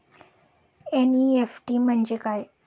NEFT म्हणजे काय?